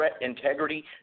integrity